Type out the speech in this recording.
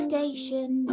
Station